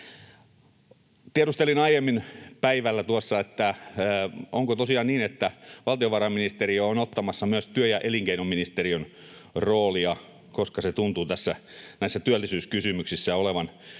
Tiedustelin aiemmin päivällä tuossa, että onko tosiaan niin, että valtiovarainministeriö on ottamassa myös työ- ja elinkeinoministeriön roolia, koska se tuntuu näissä työllisyyskysymyksissä olevan niin